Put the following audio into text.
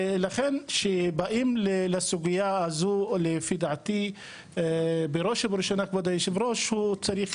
לכן כשבאים לסוגיה הזו לפי דעתי בראש ובראשונה כבוד היו"ר צריך